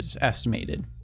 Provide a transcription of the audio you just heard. estimated